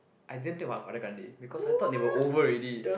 I didn't think about Ariana Grande because I thought they were over already